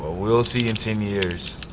ah we'll see in ten years.